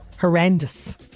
horrendous